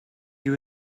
you